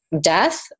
death